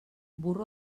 burro